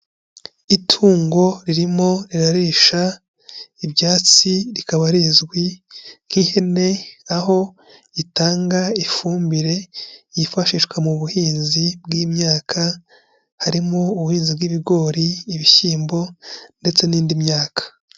Itungo ririmo rirarisha ibyatsi rikaba rizwi nk'ihene aho ritanga ifumbire yifashishwa mu buhinzi bw'imyaka, harimo ubuhinzi bw'ibigori, ibishyimbo ndetse n'indi myaka.